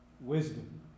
wisdom